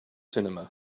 cinema